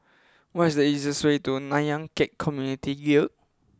what is the easiest way to Nanyang Khek Community Guild